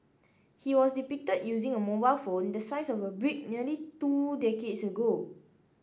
he was depicted using a mobile phone the size of a brick nearly two decades ago